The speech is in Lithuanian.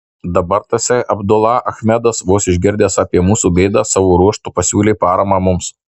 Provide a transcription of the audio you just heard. dabar tasai abdula achmedas vos išgirdęs apie mūsų bėdą savo ruožtu pasiūlė paramą mums